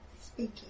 speaking